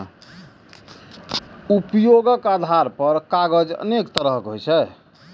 उपयोगक आधार पर कागज अनेक तरहक होइ छै